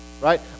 right